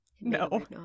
no